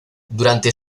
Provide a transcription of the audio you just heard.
durante